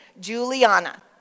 Juliana